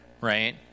right